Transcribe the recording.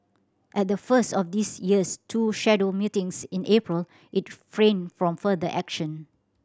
at the first of this year's two scheduled meetings in April it refrained from further action